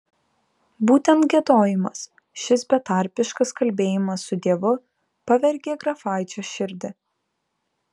būtent giedojimas šis betarpiškas kalbėjimas su dievu pavergė grafaičio širdį